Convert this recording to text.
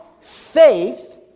faith